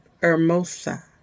hermosa